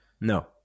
no